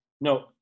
No